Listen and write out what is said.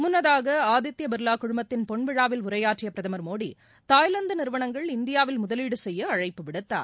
முன்னதாக ஆதித்யா பிர்வா குழுமத்தின் பொன் விழாவில் உரையாற்றிய பிரதமர் மோடி தாய்லாந்து நிறுவனங்கள் இந்தியாவில் முதலீடு செய்ய அழைப்பு விடுத்தார்